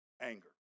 anger